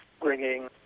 bringing